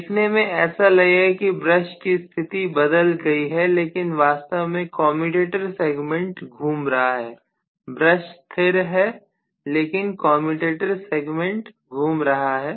देखने में ऐसा लगेगा कि ब्रश की स्थिति बदल गई है लेकिन वास्तव में कमयुटेटर सेगमेंट घूम रहा है ब्रश स्थिर है लेकिन कमयुटेटर सेगमेंट घूम रहा है